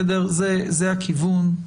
זה הכיוון.